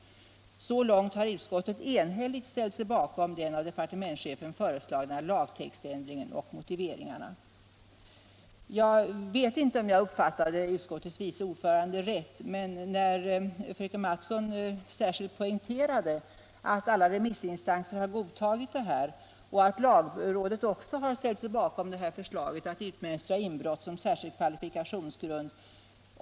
Så långt har utskottet enhälligt ställt sig bakom den av departementschefen föreslagna lagtextändringen och motiveringarna. Jag vet inte om jag uppfattade utskottets vice ordförande rätt, men fröken Mattson poängterade särskilt att alla remissinstanser har godtagit — och att lagrådet också har ställt sig bakom — förslaget att utmönstra inbrott som särskild kvalifikationsgrund.